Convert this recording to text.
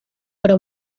però